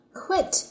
quit